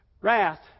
Wrath